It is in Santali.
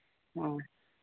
ᱦᱮᱸ